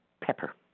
pepper